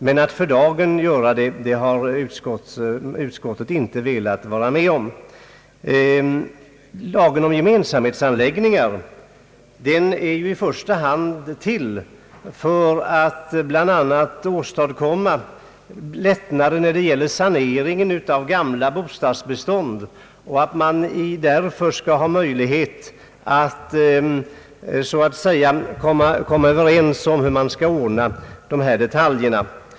Men utskottet har inte velat vara med om att för dagen göra någon ändring. Lagen om gemensamhetsanläggningar är bland annat till för att åstadkomma lättnader vid sanering av gamla bostadsbestånd. Man skall ha möjlighet att komma överens om hur olika detaljer skall ordnas.